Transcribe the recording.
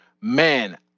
man